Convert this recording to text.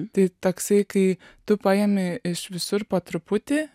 tai toksai kai tu paimi iš visur po truputį